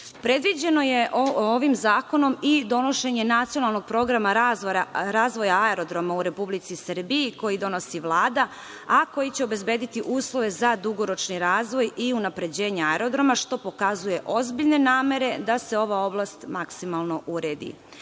saobraćaja. Predviđeno je ovim zakonom i donošenje nacionalnog programa razvoja aerodroma u Republici Srbiji koji donosi Vlada, a koji će obezbediti uslove za dugoročni razvoj i unapređenje aerodroma što pokazuje ozbiljne namere da se ova oblast maksimalno uredi.